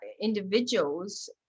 individuals